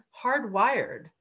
hardwired